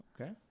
Okay